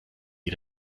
wie